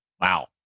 Wow